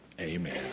amen